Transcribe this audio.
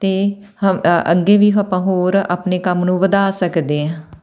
ਅਤੇ ਹ ਅੱਗੇ ਵੀ ਆਪਾਂ ਹੋਰ ਆਪਣੇ ਕੰਮ ਨੂੰ ਵਧਾ ਸਕਦੇ ਹਾਂ